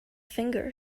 finger